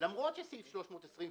למרות סעיף 324,